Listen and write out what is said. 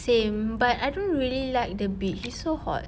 same but I don't really like the beach it's so hot